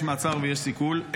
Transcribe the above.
יש מעצר ויש סיכול,